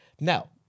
Now